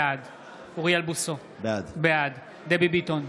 בעד אוריאל בוסו, בעד דבי ביטון,